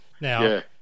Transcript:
Now